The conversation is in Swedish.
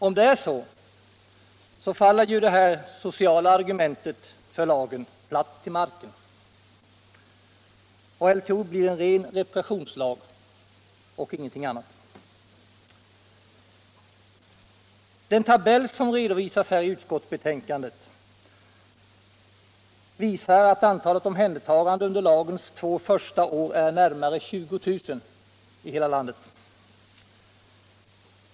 Om det är så, faller ju det sociala argumentet för lagen platt till marken och LTO blir en ren repressionslag. Den tabell som finns i utskottsbetänkandet visar att antalet omhändertaganden under lagens två första år är närmare 20 000 i hela landet.